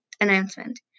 announcement